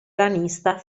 ranista